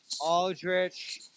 Aldrich